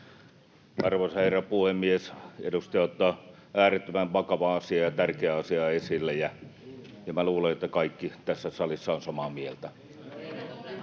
Arvoisa herra puhemies! Edustaja ottaa äärettömän vakavan ja tärkeän asian esille. Ja minä luulen, että kaikki tässä salissa ovat samaa mieltä.